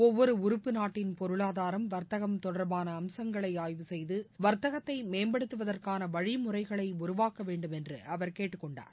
ஒவ்வொரு உறுப்பு நாட்டின் பொருளாதாரம் வர்த்தகம் தொடர்பான அமங்களை ஆய்வு செய்து வர்த்தகத்தை மேம்படுத்துவதற்கான வழிமுறைகளை உருவாக்க வேண்டும் என்று அவர் கேட்டுக்கொண்டார்